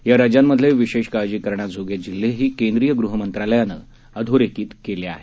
या राज्यांमधले विशेष काळजी करण्याजोगे जिल्हेही केंद्रीय गृहमंत्रालयानं अधोरेखित केले आहेत